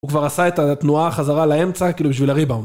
הוא כבר עשה את התנועה החזרה לאמצע, כאילו בשביל הריבאונד.